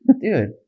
Dude